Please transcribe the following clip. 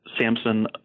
Samson